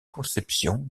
conception